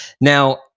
Now